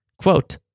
quote